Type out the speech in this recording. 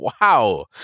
Wow